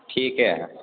ठीके हए